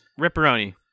Ripperoni